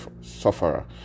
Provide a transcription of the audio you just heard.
sufferer